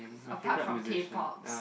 apart from K-Pop